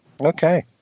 Okay